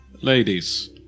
Ladies